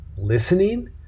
listening